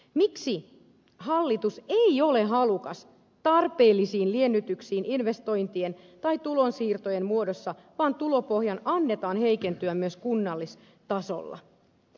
miksi hallitus ei ole halukas tarpeellisiin liennytyksiin investointien tai tulonsiirtojen muodossa vaan tulopohjan annetaan heikentyä myös kunnallistasolla